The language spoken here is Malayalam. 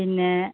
പിന്നെ